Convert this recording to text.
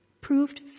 proved